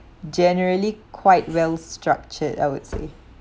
generally quite well-structured I would say